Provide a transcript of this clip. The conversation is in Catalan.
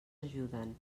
ajuden